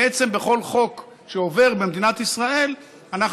בעצם בכל חוק שעובר במדינת ישראל אנחנו